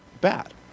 bad